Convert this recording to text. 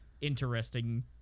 interesting